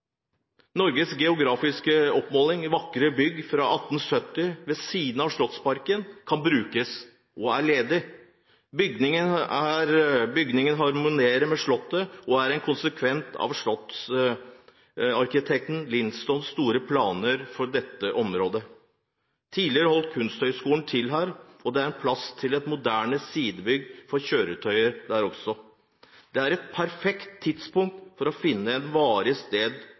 Norges Geografiske Oppmålings vakre bygg fra 1870-årene ved siden av Slottsparken kan brukes – og er ledig. Bygningen harmonerer med Slottet og er en konsekvens av slottsarkitekt Linstows store plan for dette området. Tidligere holdt Kunsthøgskolen til her. Det er også plass til et moderne sidebygg for kjøretøyer her. Det er et perfekt tidspunkt for å finne et varig sted